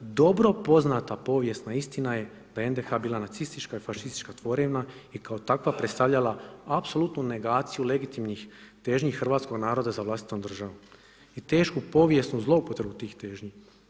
Dobro poznata povijesna istina je da NDH bila nacistička i fašistička tvorevina i kao takva predstavljala apsolutnu negaciju legitimnih težnji hrvatskog naroda za vlastitom državom i tešku povijesnu zloupotrebu tih težnji.